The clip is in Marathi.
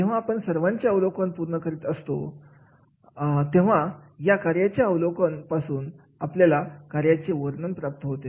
जेव्हा आपण कार्याचे अवलोकन पूर्ण करीत असतो तेव्हा या कार्याच्या अवलोकन या पासून आपल्याला कार्याचे वर्णन प्राप्त होते